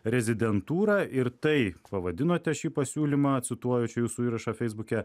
rezidentūrą ir tai pavadinote šį pasiūlymą cituoju čia jūsų įrašą feisbuke